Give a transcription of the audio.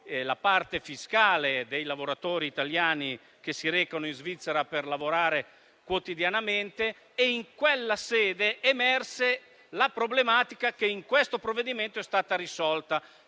la parte fiscale dei lavoratori italiani che si recano in Svizzera per lavorare quotidianamente e in quella sede emerse la problematica che è stata risolta